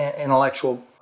intellectual